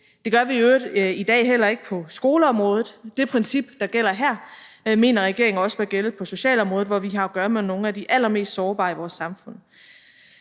Det gør vi i øvrigt heller ikke i dag på skoleområdet. Det princip, der gælder her, mener regeringen også bør gælde på socialområdet, hvor vi har at gøre med nogle af de allermest sårbare i vores samfund.